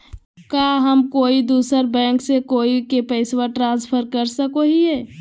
का हम कोई दूसर बैंक से कोई के पैसे ट्रांसफर कर सको हियै?